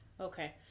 Okay